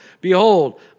Behold